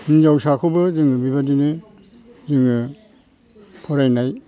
हिनजावसाखौबो जोङो बेबायदिनो जोङो फरायनाय